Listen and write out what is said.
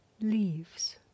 leaves